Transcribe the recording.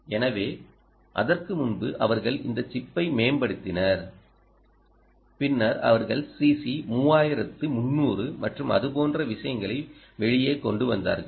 எனவே அதற்கு முன்பு அவர்கள் இந்த சிப்பை மேம்படுத்தினர் பின்னர் அவர்கள் CC3300 மற்றும் அது போன்ற விஷயங்களை வெளியே கொண்டு வந்தார்கள்